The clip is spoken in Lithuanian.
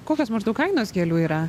kokios maždaug kainos gėlių yra